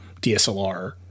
DSLR